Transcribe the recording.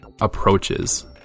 approaches